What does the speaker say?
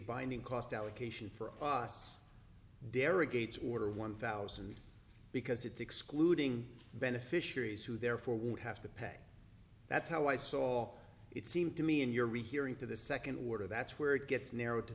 binding cost allocation for us derogated order one thousand because it's excluding beneficiaries who therefore won't have to pay that's how i saw it seemed to me in your rehearing to the second order that's where it gets narrowed to